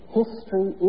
history